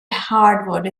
hardwood